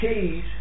keys